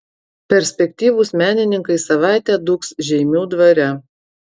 perspektyvūs menininkai savaitę dūgs žeimių dvare